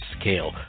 scale